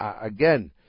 again